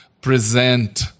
present